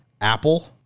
apple